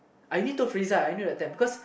I already told Friza at that time because